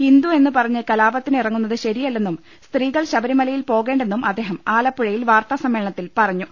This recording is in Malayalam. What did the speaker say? ഹിന്ദു എന്നുപറഞ്ഞ് കലാപത്തിനി റങ്ങുന്നത് ശരിയല്ലെന്നും സ്ത്രീകൾ ശബരിമലയിൽ പോകേ ണ്ടെന്നും അദ്ദേഹം ആലപ്പുഴയിൽ വാർത്താസമ്മേളനത്തിൽ പറ ഞ്ഞു